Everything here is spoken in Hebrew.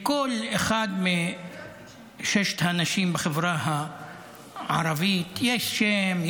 לכל אחד מששת האנשים בחברה הערבית יש שם,